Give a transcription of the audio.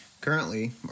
Currently